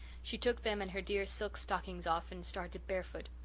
she took them and her dear silk stockings off and started barefoot.